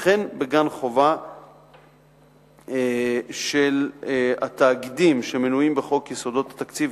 וכן בגן-חובה של התאגידים שמנויים בחוק יסודות התקציב,